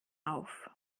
auf